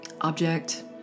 object